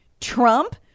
Trump